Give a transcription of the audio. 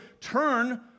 turn